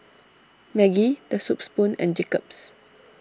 Maggi the Soup Spoon and Jacob's